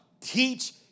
Teach